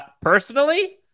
personally